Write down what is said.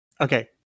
Okay